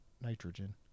nitrogen